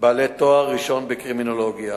בעלי תואר ראשון בקרימינולוגיה.